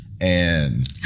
And-